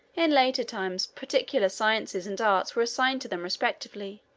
in later times particular sciences and arts were assigned to them respectively,